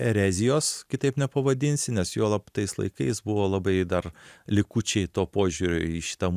erezijos kitaip nepavadinsi nes juolab tais laikais buvo labai dar likučiai to požiūrio į šitą